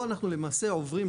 פה אנחנו למעשה עוברים,